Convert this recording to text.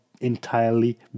entirely